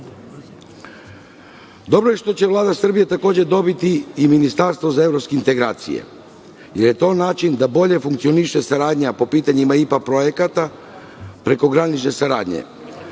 je što će Vlada Srbije takođe dobiti i ministarstvo za evropske integracije, jer je to način da bolje funkcioniše saradnja po pitanjima IPARD projekata, prekogranične saradnje.